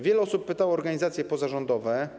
Wiele osób pytało o organizacje pozarządowe.